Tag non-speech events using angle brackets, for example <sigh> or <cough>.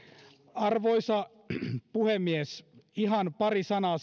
arvoisa puhemies ihan pari sanaa <unintelligible>